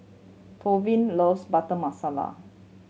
Tavion loves Butter Masala